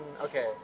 Okay